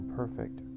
perfect